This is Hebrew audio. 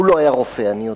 הוא לא היה רופא, אני יודע,